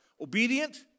Obedient